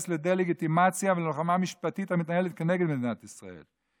לדה-לגיטימציה וללוחמה המשפטית המתנהלת נגד מדינת ישראל.